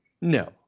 No